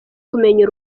kumenya